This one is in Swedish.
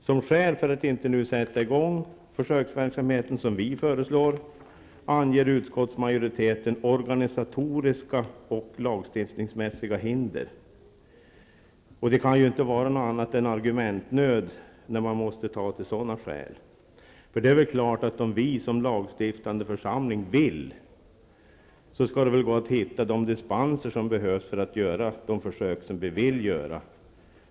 Som skäl för att inte nu sätta i gång den försöksverksamhet som vi föreslår anger utskottsmajoriteten organisatoriska och lagstiftningsmässiga hinder. Det kan ju inte vara något annat än argumentnöd när man måste ta till sådana skäl. Det är väl klart att om vi som lagstiftande församling vill, skall det gå att hitta de dispenser som behövs för att göra de försök vi vill göra.